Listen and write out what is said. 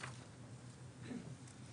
בבקשה.